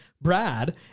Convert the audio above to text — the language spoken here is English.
Brad